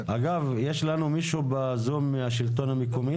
אגב, יש לנו מישהו בזום מהשלטון המקומי?